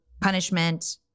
punishment